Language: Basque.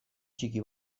txiki